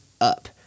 up